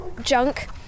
junk